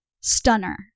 Stunner